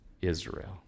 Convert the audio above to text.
Israel